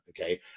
okay